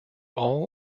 all